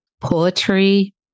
poetry